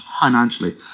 financially